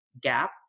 gap